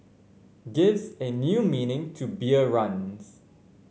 gives a new meaning to beer runs